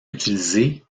utilisés